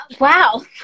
Wow